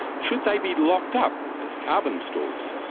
should they be locked up as carbon stores,